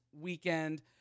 weekend